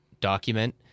document